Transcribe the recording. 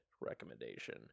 recommendation